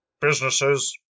Businesses